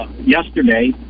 yesterday